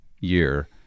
year